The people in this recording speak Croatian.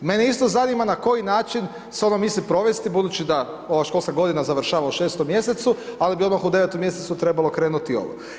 Mene isto zanima na koji način se ono misli provesti budući da ova školska godina završava u 6-om mjesecu, ali bi odmah u 9-om mjesecu trebalo krenuti ovo.